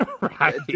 Right